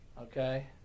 okay